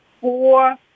four